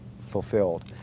fulfilled